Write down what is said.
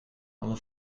alle